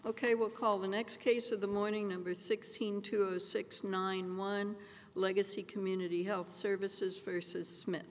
ok will call the next case of the morning number sixteen to a six nine one legacy community health services for says smith